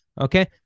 okay